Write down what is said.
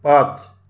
पाच